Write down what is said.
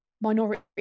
minority